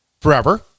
forever